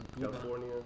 California